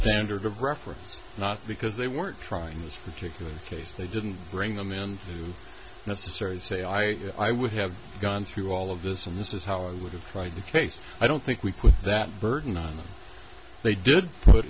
standard of reference not because they weren't trying this particular case they didn't bring them in through necessary say i i would have gone through all of this and this is how i would have tried the case i don't think we put that burden on them they did put